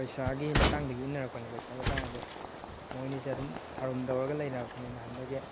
ꯄꯩꯁꯥꯒꯤ ꯃꯇꯥꯡꯗꯒꯤ ꯏꯟꯅꯔꯛꯄꯅꯦ ꯄꯩꯁꯥꯒꯤ ꯃꯇꯥꯡ ꯍꯥꯏꯗꯤ ꯃꯣꯏ ꯑꯅꯤꯁꯦ ꯑꯗꯨꯝ ꯊꯥꯔꯨꯝ ꯇꯧꯔꯒ ꯂꯩꯅꯔꯛꯄꯅꯦ ꯅꯍꯥꯟꯗꯒꯤ